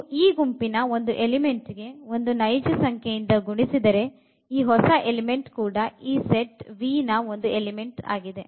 ನೀವು ಈ ಗುಂಪಿನ ಒಂದು ಎಲಿಮೆಂಟ್ ಗೆ ಒಂದು ನೈಜ ಸಂಖ್ಯೆಯಿಂದ ಗುಣಿಸಿದರೆ ಈ ಹೊಸ ಎಲಿಮೆಂಟ್ ಕೂಡ ಈ ಸೆಟ್ V ನ ಒಂದು ಎಲಿಮೆಂಟ್ ಆಗಿದೆ